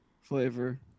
flavor